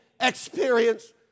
experience